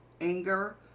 anger